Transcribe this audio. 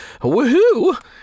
Woohoo